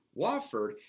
Wofford